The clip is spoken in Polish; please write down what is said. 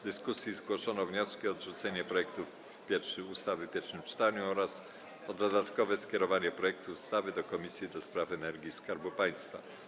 W dyskusji zgłoszono wnioski: o odrzucenie projektu ustawy w pierwszym czytaniu oraz o dodatkowe skierowanie projektu ustawy do Komisji do Spraw Energii i Skarbu Państwa.